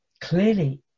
Clearly